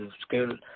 school